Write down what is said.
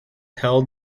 held